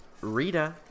Rita